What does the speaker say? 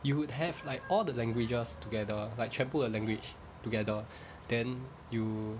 you would have like all the languages together like 全部的 language together then you